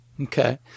Okay